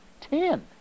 ten